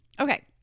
Okay